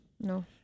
No